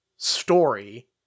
story